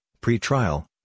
pre-trial